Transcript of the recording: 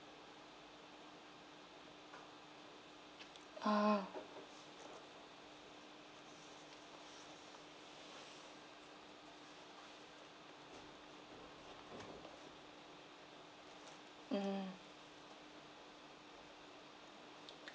ah ah